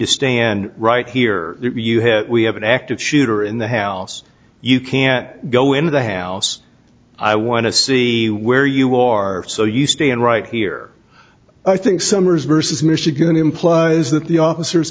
to stand right here you hit we have an active shooter in the house you can't go into the house i want to see where you are so you stand right here i think summers versus michigan implies that the officers